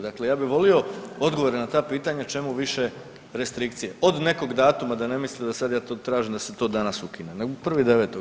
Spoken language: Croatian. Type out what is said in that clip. Dakle, ja bi volio odgovore na ta pitanja, čemu više restrikcije od nekog datuma da ne misle da sad ja to tražim da se to danas ukinem nego 1.9. recimo